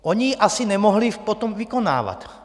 Oni asi nemohli ji potom vykonávat.